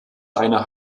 einer